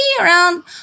around-